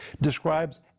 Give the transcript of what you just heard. describes